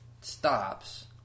stops